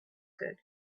good